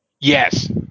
Yes